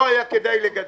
לא היה כדאי לגדל,